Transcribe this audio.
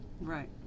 Right